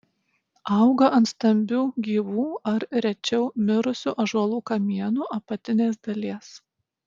auga ant stambių gyvų ar rečiau mirusių ąžuolų kamienų apatinės dalies